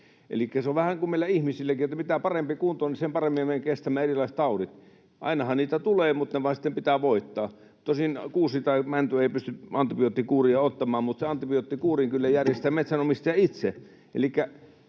se on vähän kuin meillä ihmisilläkin, että mitä parempi kunto on, niin sen paremmin me kestämme erilaiset taudit. Ainahan niitä tulee, mutta ne vaan sitten pitää voittaa. Tosin kuusi tai mänty ei pysty antibioottikuuria ottamaan, mutta sen antibioottikuurin kyllä järjestää metsänomistaja itse.